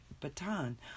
baton